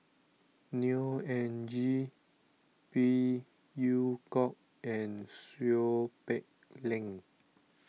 Neo Anngee Phey Yew Kok and Seow Peck Leng